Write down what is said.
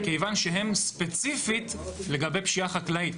מכיוון שהם ספציפית לגבי פשיעה חקלאית.